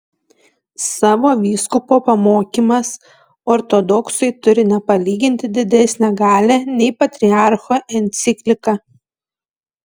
savo vyskupo pamokymas ortodoksui turi nepalyginti didesnę galią nei patriarcho enciklika